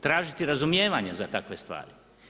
Tražiti razumijevanje za takve stvari.